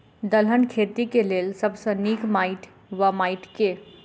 दलहन खेती केँ लेल सब सऽ नीक माटि वा माटि केँ?